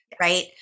right